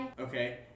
Okay